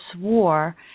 war